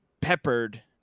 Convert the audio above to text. peppered